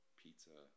pizza